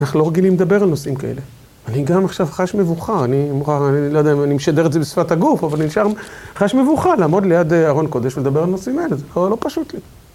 אנחנו לא רגילים לדבר על נושאים כאלה, אני גם עכשיו חש מבוכה, אני לא יודע אם אני משדר את זה בשפת הגוף, אבל אני נשאר חש מבוכה לעמוד ליד ארון קודש ולדבר על נושאים אלה, זה כבר לא פשוט לי.